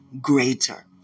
greater